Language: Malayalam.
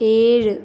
ഏഴ്